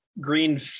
Green